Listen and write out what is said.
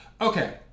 Okay